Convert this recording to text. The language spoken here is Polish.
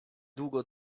długo